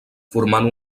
formant